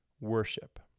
worship